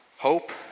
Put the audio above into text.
Hope